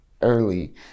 early